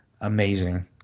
amazing